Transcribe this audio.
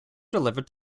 delivered